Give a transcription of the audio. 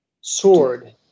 sword